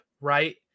right